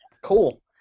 cool